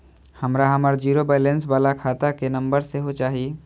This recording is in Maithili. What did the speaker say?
हमरा हमर जीरो बैलेंस बाला खाता के नम्बर सेहो चाही